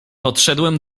podszedłem